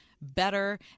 better